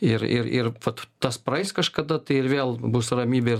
ir ir vat tas praeis kažkada tai ir vėl bus ramybė